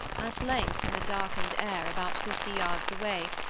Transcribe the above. at length, in the darkened air, about fifty yards away,